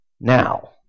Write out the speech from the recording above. now